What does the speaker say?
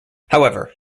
however